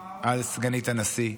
על סגנית הנשיא.